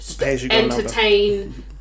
entertain